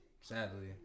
sadly